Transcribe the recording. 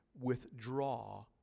withdraw